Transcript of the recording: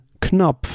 Knopf